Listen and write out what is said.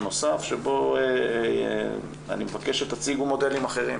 נוסף שבו אני מבקש שתציגו מודלים אחרים